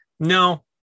No